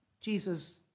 Jesus